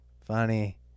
Funny